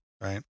Right